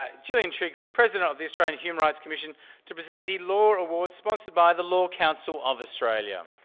ah gillian triggs the president of the australian human rights commission to present the loar award sponsored by the loar council of australia.